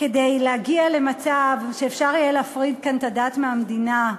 כדי להגיע למצב שיהיה אפשר להפריד כאן את הדת מהמדינה,